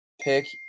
pick